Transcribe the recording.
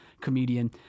comedian